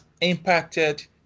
impacted